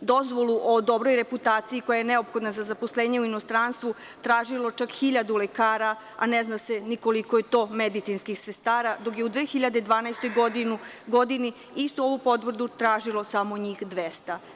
dozvolu o dobroj reputaciji, koja je neophodna za zaposlenje u inostranstvu tražilo čak 1000 lekara, a ne zna se ni koliko je to medicinskih sestara, dok je u 2012. godini istu ovu potvrdu tražilo samo njih 200.